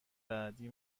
بعدی